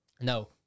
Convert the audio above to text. No